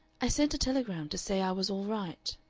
i sent a telegram to say i was all right.